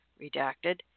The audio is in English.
Redacted